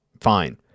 fine